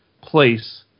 place